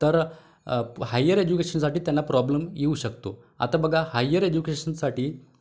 तर हायर एज्युकेशनसाठी त्यांना प्रॉब्लेम येऊ शकतो आता बघा हायर एज्युकेशनसाठी